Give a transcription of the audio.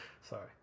Sorry